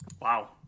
Wow